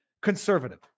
conservative